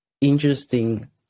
interesting